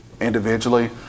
individually